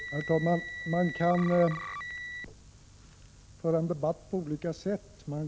Herr talman! Man kan föra en debatt på olika sätt.